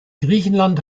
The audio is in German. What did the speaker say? griechenland